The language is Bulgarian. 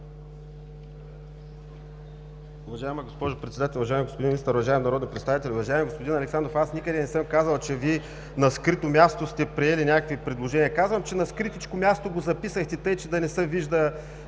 Уважаема госпожо Председател, уважаеми господин Министър, уважаеми народни представители! Уважаеми господин Александров, аз никъде не съм казал, че Вие на скрито място сте приели някакви предложения. Казвам, че на скритичко място го записахте, тъй че да не се вижда